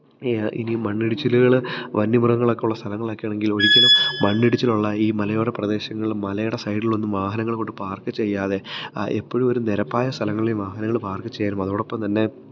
ഇനി മണ്ണിടിച്ചിലുകൾ വന്യമൃഗങ്ങൾ ഒക്കെ ഉള്ള സ്ഥലങ്ങളെക്കെയാണെങ്കില് ഒരിക്കലും മണ്ണിടിച്ചിലുള്ള ഈ മലയോരപ്രദേശങ്ങളിലും മലയുടെ സൈഡിലൊന്നും വാഹനങ്ങള് കൊണ്ട് പാര്ക്ക് ചെയ്യാതെ എപ്പഴും ഒര് നിരപ്പായ സ്ഥലങ്ങളില് വാഹനങ്ങള് പാര്ക്ക് ചെയ്യാനും അതോടൊപ്പം തന്നെ